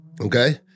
Okay